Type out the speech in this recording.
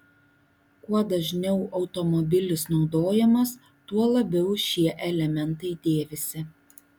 kuo dažniau automobilis naudojamas tuo labiau šie elementai dėvisi